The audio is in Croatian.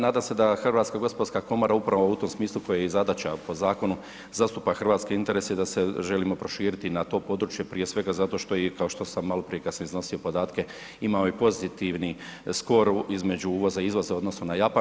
Nadam se da Hrvatska gospodarska komora upravo u tom smislu, to je i zadaća po zakonu, zastupa hrvatske interese da se želimo proširiti i na to područje prije sve zato što i, kao što sam malo prije kad sam iznosio podatke imao i pozitivni …/nerazumljivo/… između uvoza i izvoza odnosno na Japan.